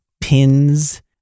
pins